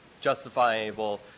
justifiable